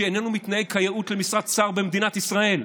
שאיננו מתנהג כיאות למשרת שר במדינת ישראל.